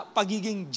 pagiging